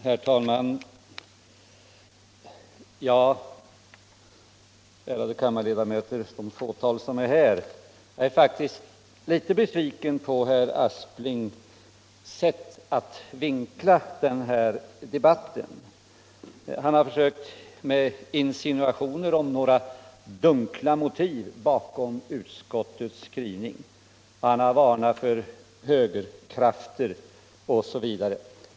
Herr talman! Ja, ärade kammarledamöter — det fåtal som är här — jag är faktiskt litet besviken på herr Asplings sätt att vinkla den här debatten. Han har försökt med insinuationer om några dunkla motiv bakom utskottets skrivning, han har varnat för högerkrafter osv.